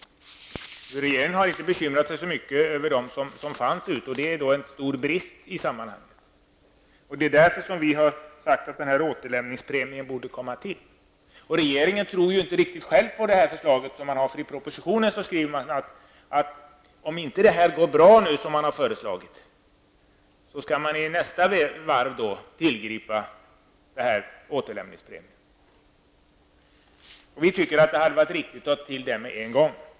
Regeringen har inte bekymrat sig så mycket för de batterier som fanns ute hos konsumenterna. Det är en stor brist i sammanhanget, och det är därför som vi har sagt att en återlämningspremie borde tillkomma. Regeringen tror ju inte riktigt själv på sitt förslag, för i propositionen skriver man att om inte det som man har föreslagit går bra, så skall man i nästa omgång tillämpa systemet med återlämningspremie. Vi tycker att det hade varit riktigt att ta till det med en gång.